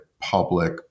public